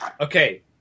okay